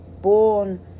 born